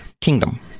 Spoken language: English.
kingdom